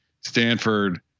Stanford